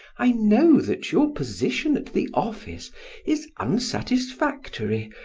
i know that your position at the office is unsatisfactory,